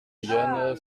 yenne